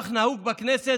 כך נהוג בכנסת,